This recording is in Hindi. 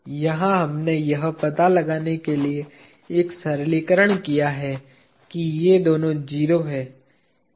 यहाँ हमने यह पता लगाने के लिए एक सरलीकरण किया है कि ये दोनों 0 हैं